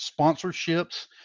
sponsorships